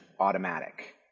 Automatic